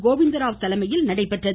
கோவிந்தராவ் தலைமையில் நடைபெற்றது